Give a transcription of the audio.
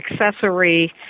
accessory